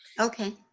okay